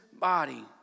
body